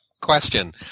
question